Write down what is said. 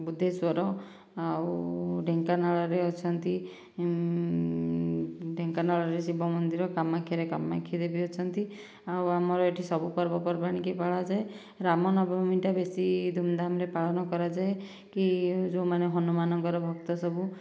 ବୁଦ୍ଧେଶ୍ୱର ଆଉ ଢେଙ୍କାନାଳରେ ଅଛନ୍ତି ଢେଙ୍କାନାଳରେ ଶିବ ମନ୍ଦିର କାମାକ୍ଷାରେ କାମାକ୍ଷୀ ଦେବୀ ଅଛନ୍ତି ଆଉ ଆମର ଏଇଠି ସବୁ ପର୍ବ ପର୍ବାଣି କି ପାଳା ଯାଏ ରାମ ନବମୀ ଟା ବେଶୀ ଧୁମ ଧାମରେ ପାଳନ କରାଯାଏ କି ଯେଉଁମାନେ ହନୁମାନଙ୍କର ଭକ୍ତ ସବୁ